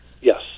Yes